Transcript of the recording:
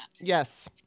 Yes